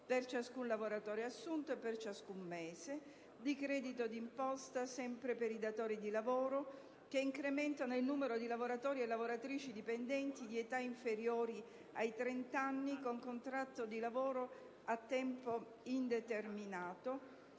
per ciascun lavoratore assunto e per ciascun mese; per i datori di lavoro che incrementano il numero di lavoratori e lavoratrici dipendenti di età inferiore ai 30 anni con contratto di lavoro a tempo indeterminato;